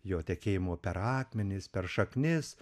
jo tekėjimo per akmenis per šaknis